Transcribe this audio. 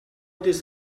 this